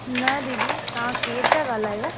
न दीदी तव्हां केरु था ॻाल्हायो